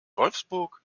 wolfsburg